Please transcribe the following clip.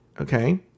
Okay